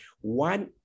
One